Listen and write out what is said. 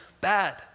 bad